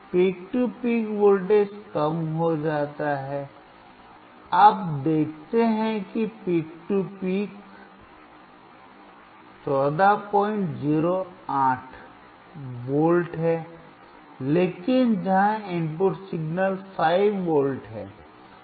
peak to peak voltage कम हो जाता है आप देखते हैं कि पीक टू पीक 1408 V है लेकिन जहां इनपुट सिग्नल 5V है